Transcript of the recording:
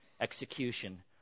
execution